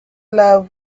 love